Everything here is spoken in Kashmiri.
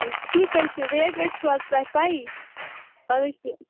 ٹھیک حظ چھِ ریٹ ویٹ چھو حظ تۄہہ پَیی